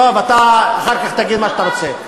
טוב, אתה אחר כך תגיד מה שאתה רוצה.